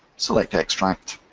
select extract,